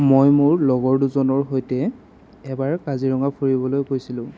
মই মোৰ লগৰ দুজনৰ সৈতে এবাৰ কাজিৰঙা ফুৰিবলৈ গৈছিলোঁ